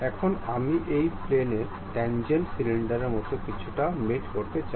এখন আমি এই প্লেনের ট্যান্জেন্টটিকে সিলিন্ডারের মতো কিছুতে মেট করতে চাই